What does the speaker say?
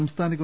സംസ്ഥാന ഗവ